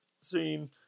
scene